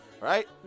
right